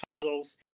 puzzles